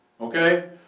okay